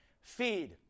Feed